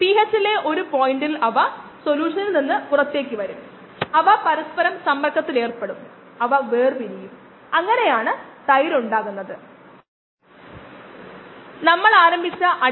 ഓൺലൈനിൽ ഒരു മുൻഗണന എന്നാൽ ലഭ്യമായ രീതികളുടെ വിശ്വാസ്യത ഒരു പരിധി ഉണ്ട് കുറച്ച് രീതികൾ വളരെ വിശ്വസനീയമാണ്